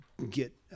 Get